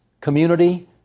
community